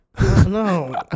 No